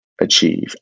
achieve